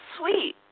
sweet